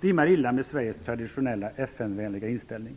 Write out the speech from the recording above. rimmar illa med Sveriges traditionellt FN vänliga inställning.